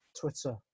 Twitter